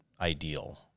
ideal